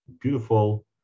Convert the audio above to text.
beautiful